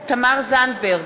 תמר זנדברג,